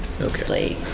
Okay